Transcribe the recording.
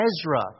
Ezra